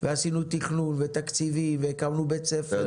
ועשינו תכנון ותקציבים והקמנו בית ספר וגנים.